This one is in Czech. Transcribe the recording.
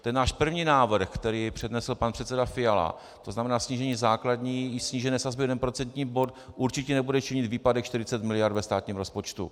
Ten náš první návrh, který přednesl pan předseda Fiala, to znamená snížení základní i snížené sazby o jeden procentní bod, určitě nebude činit výpadek 40 mld. ve státním rozpočtu.